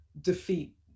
defeat